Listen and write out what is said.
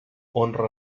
honra